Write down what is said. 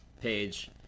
page